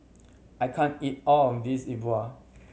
I can't eat all of this E Bua